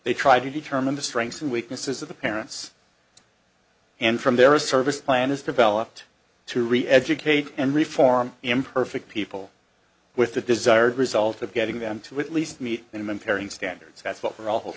they try to determine the strengths and weaknesses of the parents and from their service plan is developed to reeducate and reform imperfect people with the desired result of getting them to at least meet minimum pairing standards that's